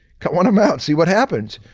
cut one of them out, see what happens.